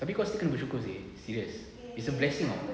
tapi kau still bersyukur seh serious it's a blessing [tau]